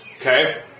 Okay